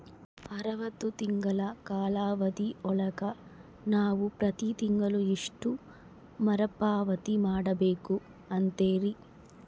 ಅರವತ್ತು ತಿಂಗಳ ಕಾಲಾವಧಿ ಒಳಗ ನಾವು ಪ್ರತಿ ತಿಂಗಳು ಎಷ್ಟು ಮರುಪಾವತಿ ಮಾಡಬೇಕು ಅಂತೇರಿ?